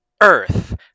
earth